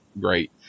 great